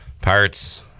Pirates